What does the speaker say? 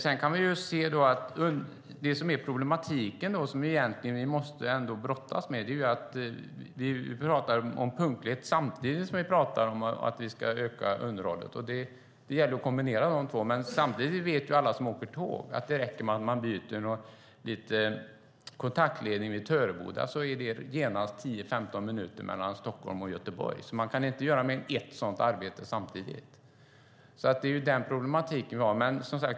Det finns en problematik som vi måste brottas med. Vi pratar om punktlighet samtidigt som vi pratar om att vi ska öka underhållet. Det gäller att kombinera de två. Alla som åker tåg vet att det räcker med att man byter en kontaktledning i Töreboda för att det genast ska innebära 10-15 minuter mellan Stockholm och Göteborg. Man kan inte göra mer än ett sådant arbete samtidigt. Det är den problematiken vi har.